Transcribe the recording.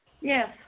Yes